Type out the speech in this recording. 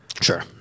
Sure